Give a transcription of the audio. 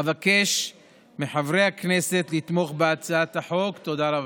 אבקש מחברי הכנסת לתמוך בהצעת החוק, תודה רבה.